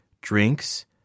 drinks